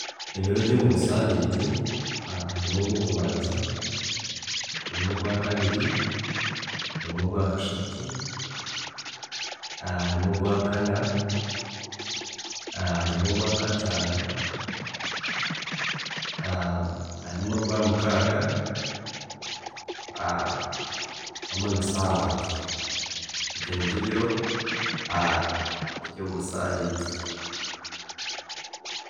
﻿Ebiro byomusaabiiti, harimu orwokubanza, harimu orwakabiri, harimu orwakashatu, harimu orwakana, harimu orwakataano, harimu orwamukaaga, hamwe na sabaato, ebyo nibyo biro ebyomu sabiiti